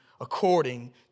according